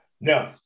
No